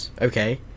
Okay